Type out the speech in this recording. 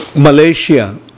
Malaysia